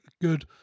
good